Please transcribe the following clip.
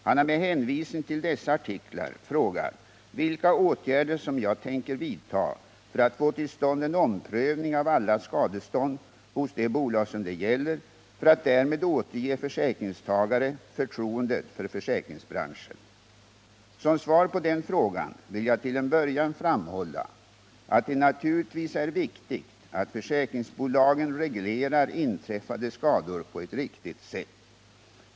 Han har med hänvisning till dessa artiklar frågat vilka åtgärder jag tänker vidta för att få till stånd en omprövning av alla skadestånd hos de bolag som det gäller för att därmed återge försäkringstagare förtroendet för försäkringsbranschen. Som svar på den frågan vill jag till en början framhålla att det naturligtvis är viktigt att försäkringsbolagen reglerar inträffade skador på ett riktigt sätt.